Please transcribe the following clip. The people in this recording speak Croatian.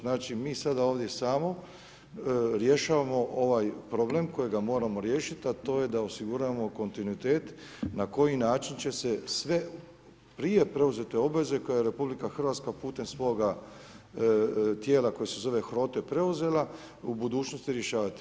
Znači, mi sada ovdje samo rješavamo ovaj problem kojega moramo riješiti, a to je da osiguramo kontinuitet na koji način će se sve prije preuzete obveze koje RH putem svoga tijela koje se zove HROTE preuzela u budućnosti rješavati.